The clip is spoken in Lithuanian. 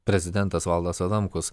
prezidentas valdas adamkus